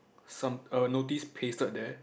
some a notice pasted there